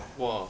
!wah!